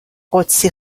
قدسی